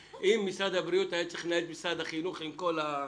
אם משרד הבריאות היה צריך לנהל את משרד החינוך עם כל ה ---.